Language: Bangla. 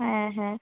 হ্যাঁ হ্যাঁ